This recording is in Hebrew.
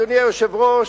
אדוני היושב-ראש,